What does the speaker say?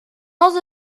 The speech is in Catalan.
els